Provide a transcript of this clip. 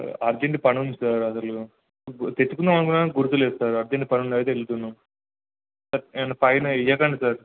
urgent పని ఉంది sir అసలు తెచ్చుకుందామనుకుని గుర్తులేదు సార్ అర్జెంట్ పనుండి అయితే వెళ్తున్నాను సార్ ఫైనా ఇవ్వకండి సార్